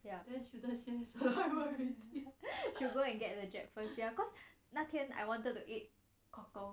ya should go and get the jab first ya cause 那天 I wanted to eat cockles